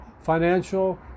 financial